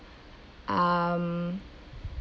um